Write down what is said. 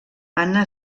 anna